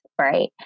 right